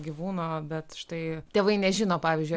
gyvūno bet štai tėvai nežino pavyzdžiui